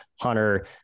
Hunter